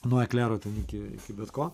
nuo eklero ten iki bet ko